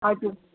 हजुर